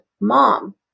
mom